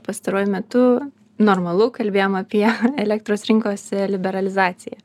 pastaruoju metu normalu kalbėjom apie elektros rinkos liberalizaciją